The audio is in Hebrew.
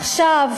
עכשיו,